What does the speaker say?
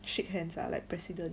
shake hands are like president